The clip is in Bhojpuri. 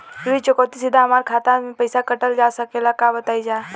ऋण चुकौती सीधा हमार खाता से पैसा कटल जा सकेला का बताई जा?